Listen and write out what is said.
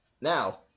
Now